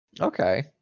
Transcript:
Okay